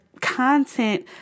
content